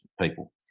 people